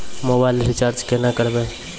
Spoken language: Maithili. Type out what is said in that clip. मोबाइल रिचार्ज केना करबै?